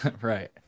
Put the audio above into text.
Right